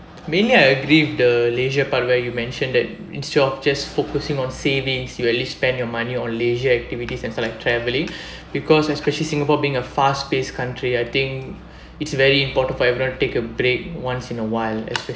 mainly I agree with the leisure part where you mentioned that instead of just focusing on savings you at least spend your money on leisure activities and for like travelling because especially singapore being a fast paced country I think it's very important for everyone take a break once in a while